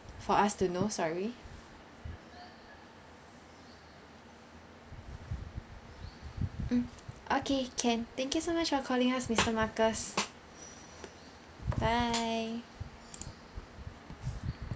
for us to know sorry mm okay can thank you so much for calling us mister marcus bye